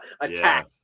attack